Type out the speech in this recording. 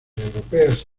europeas